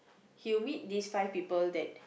he'll meet these five people that